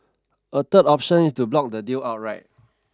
a third option is to block the deal outright